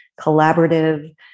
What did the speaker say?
collaborative